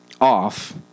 off